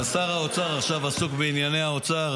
אבל שר האוצר עסוק עכשיו בענייני האוצר,